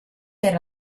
per